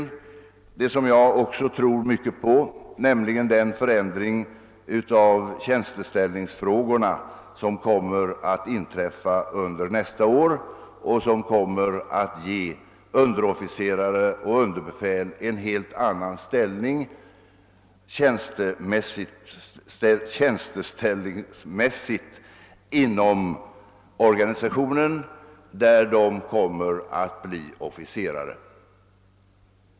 En annan sak som jag också tror mycket på är den ändring i tjänsteställningen som träder i kraft under nästa år. Den förändringen kommer att ge underofficerare och underbefäl en helt annan tjänsteställning inom organisationen än nu. De kommer då att bli officerare.